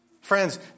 Friends